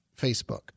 Facebook